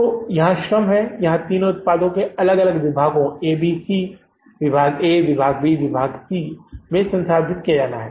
तो यहां श्रम है इस उत्पाद को तीन अलग अलग विभागों ए बी और सी विभाग ए विभाग बी और विभाग सी में संसाधित किया जाना है